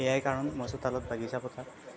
এয়াই কাৰণ মই চোতালত বাগিছা পতাৰ